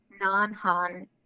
non-Han